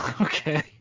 okay